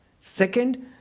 Second